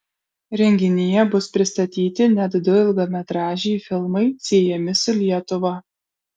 renginyje bus pristatyti net du ilgametražiai filmai siejami su lietuva